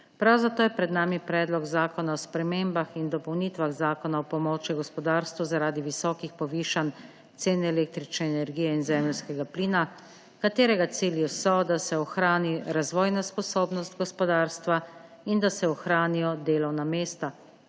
Prav zato je pred nami Predlog zakona o spremembah in dopolnitvah Zakona o pomoči gospodarstvu zaradi visokih povišanj cen električne energije in zemeljskega plina, katerega cilji so, da se ohrani razvojna sposobnost gospodarstva in da se ohranijo delovna mesta,